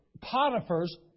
Potiphar's